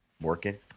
Working